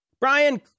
brian